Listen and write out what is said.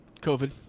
COVID